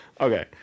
Okay